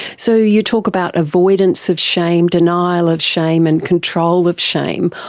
so you talk about avoidance of shame, denial of shame and control of shame,